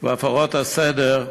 והפרות הסדר,